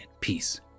peace